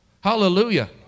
Hallelujah